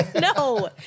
No